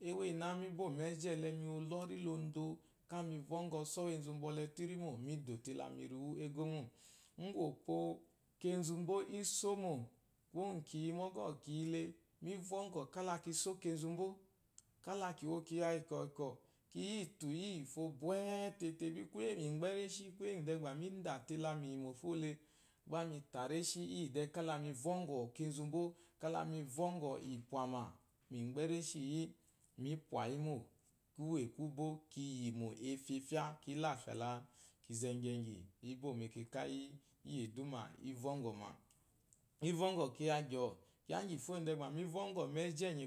Ewu iyina mibo meji ele miwo lori lodo, mi vɔngɔ ɔsɔ uwu enzu bwɔle urimo midomo te la miri uwu egomo ukwopo kenzu bo isomo uwu kiyi mogɔ kiyile, mi vɔngɔ kala kinso kenzumbo, kala ki wo kiya kinkwɔ kinkwɔ kiyi tu afo bwe tete kuye ngwu mi gbe reshi kuye ngwu mi pwayimo kuye kubo kiyimo efyafya ki lafya la kunze gyegyi ibomu mekaka iyi eduma ivɔngɔma mi vongo kuya gyoo kiya igyifo hwokwo mi vongo mejienyi